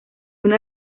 una